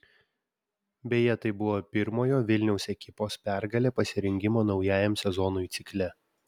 beje tai buvo pirmojo vilniaus ekipos pergalė pasirengimo naujajam sezonui cikle